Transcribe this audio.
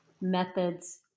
methods